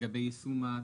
לגבי יישום?